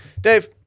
Dave